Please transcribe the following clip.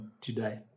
today